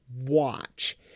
watch